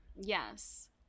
Yes